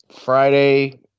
Friday